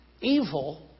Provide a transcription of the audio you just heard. evil